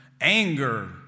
anger